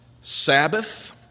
Sabbath